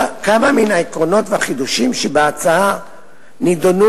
כמה מהעקרונות והחידושים שבהצעה נדונו